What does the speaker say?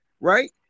right